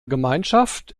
gemeinschaft